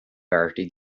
bertie